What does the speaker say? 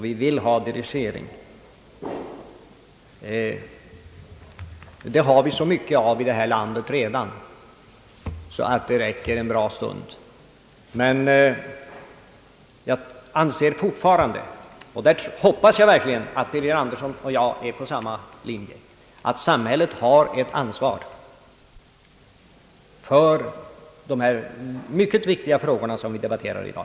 Vi har redan så mycket dirigering i detta land att det räcker en bra stund. Men jag anser fortfarande — och där hoppas jag verkligen att herr Birger Andersson och jag är på samma linje — att samhället har ett ansvar för de mycket viktiga frågor som vi debatterar i dag.